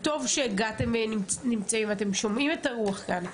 טוב שהגעתם ואתם שומעים את הרוח כאן.